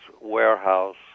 warehouse